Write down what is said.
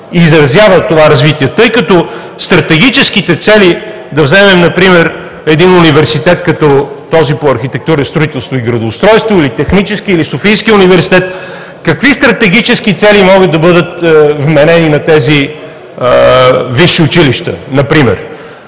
се изразява това развитие като стратегически цели. Да вземем например един университет като този по архитектура, строителство и градоустройство, или Техническия университет, или Софийския университет. Какви стратегически цели могат да бъдат вменени на тези висши училища?